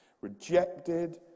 rejected